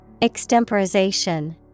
Extemporization